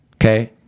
Okay